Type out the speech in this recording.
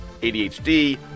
ADHD